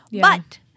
But-